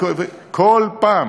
בכל פעם